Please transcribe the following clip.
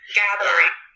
gathering